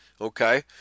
okay